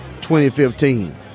2015